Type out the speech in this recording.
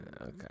okay